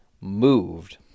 moved